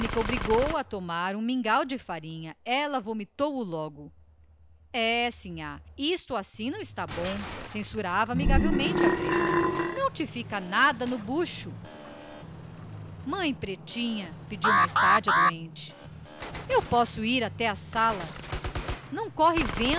obrigou-a a tomar um mingau de farinha e ela vomitou o logo hê iaiá isto assim não está bom censurava maternalmente a preta não te fica nada no bucho mãe pretinha pediu depois a moça eu posso ir até à sala não corre